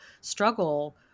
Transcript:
struggle